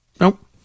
Nope